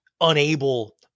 unable